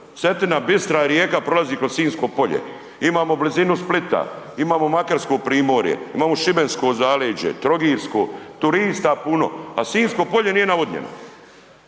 Cetina, bistra rijeka prolazi kroz Sinjsko polje, imamo blizinu Splita, imamo makarsko primorje, imamo šibensko zaleđe, trogirsko, turista puno, a Sinjsko polje nije navodnjeno.